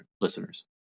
listeners